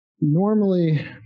normally